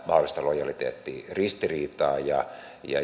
mahdollista lojaliteettiristiriitaa ja